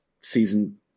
season